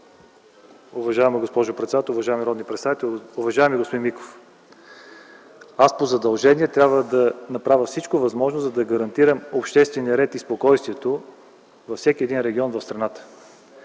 Уважаема госпожо председател, уважаеми народни представители, уважаеми господин Миков! Аз по задължение трябва да направя всичко възможно, за да гарантирам обществения ред и спокойствието във всеки един регион в страната.